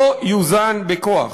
לא יוזן בכוח.